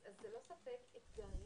אז ללא ספק אתגרים,